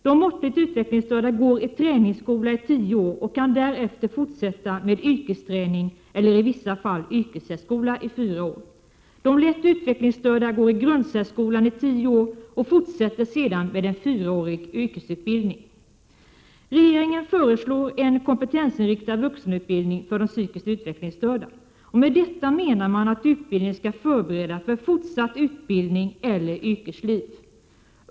De måttligt utvecklingsstörda går i träningsskola i tio år och kan därefter fortsätta med yrkesträning eller i vissa fall yrkessärskola i fyra år. De lätt utvecklingsstörda går i grundsärskolan i tio år och fortsätter sedan med en fyraårig yrkesutbildning. Regeringen föreslår en kompetensinriktad vuxenutbildning för de psykiskt utvecklingsstörda. Med detta menar man att utbildningen skall förbereda för fortsatt utbildning eller yrkesliv.